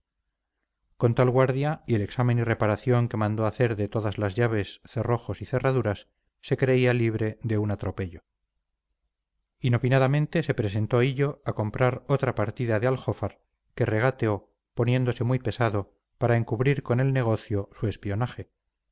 con tal guardia y el examen y reparación que mandó hacer de todas las llaves cerrojos y cerraduras se creía libre de un atropello inopinadamente se presentó hillo a comprar otra partida de aljófar que regateó poniéndose muy pesado para encubrir con el negocio su espionaje